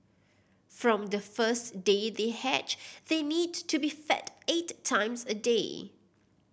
from the first day they hatch they need to be fed eight times a day